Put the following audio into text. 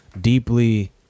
deeply